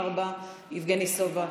5. יבגני סובה,